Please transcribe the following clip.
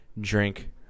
drink